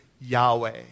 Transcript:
Yahweh